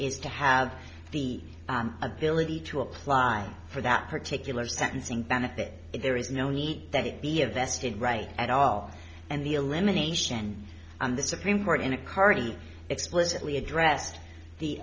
is to have the ability to apply for that particular sentencing benefit if there is no need that it be a vested right at all and the elimination on the supreme court in a cardi explicitly addressed the